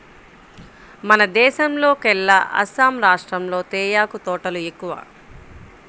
మన దేశంలోకెల్లా అస్సాం రాష్టంలో తేయాకు తోటలు ఎక్కువ